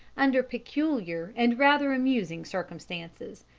under peculiar and rather amusing circumstances.